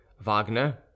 Wagner